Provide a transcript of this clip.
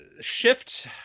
shift